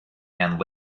and